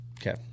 Okay